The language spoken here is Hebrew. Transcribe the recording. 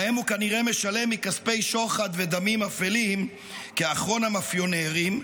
שלהם הוא כנראה משלם מכספי שוחד ודמים אפלים כאחרון המאפיונרים,